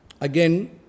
Again